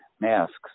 masks